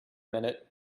minute